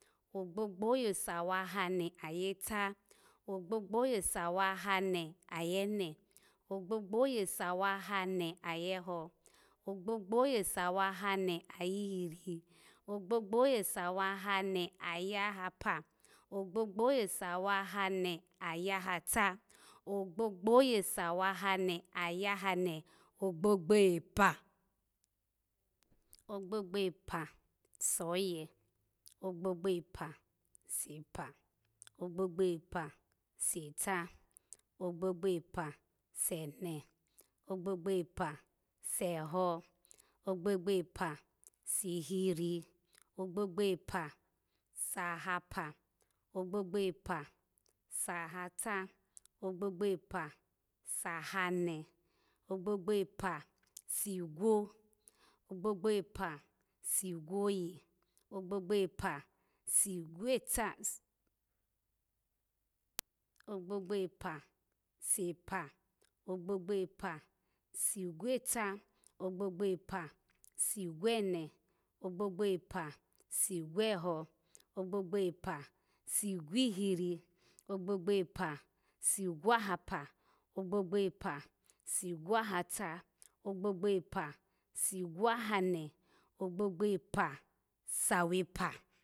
Agbogbo oye sa wahane ayeta, ogbogbo oye sa wahane ayene, ogbogbo oye sa wahane ayeho, ogbogbo oye sa wahane ayihiri, ogbogbo oye sa wahane ayahapa, ogbogbo oye sa wahane ayahata, ogbogbo oye sa wahane ayahane, ogbogbo epa, ogbogbo epa so ye, ogbogbo epa se pa, ogbogbo epa se ta, ogbogbo epa sa ne, ogbogbo epa sa ho, ogbogbo epa sihiri, ogbogbo epa sahapa, ogbogbo epa sahata, ogbogbo epa sahane, ogbogbo epa sigwo oye, ogbogbo epa sigwo tasi, ogbogbo epa sapa, ogbogbo epa sigwota, ogbogbo epa si gwone, ogbogbo epa sigwoho ogbogbo epa sigwohiri, ogbogbo epa sigwohapa, ogbogbo epa sigwohata ogbogbo epa sigwohane, ogbogbo epa sawepa